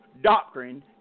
doctrine